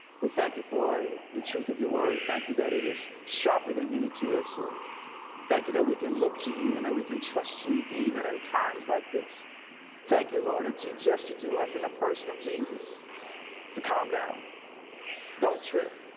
we thank you for the truth of your word. thank you that it is sharper than any two-edged sword thank you that we can look to you and that we can trust you even in times like this thank you lord. it's you gesture to us in the person of jesus to calm down don't trip